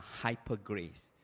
Hypergrace